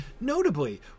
Notably